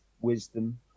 wisdom